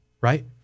Right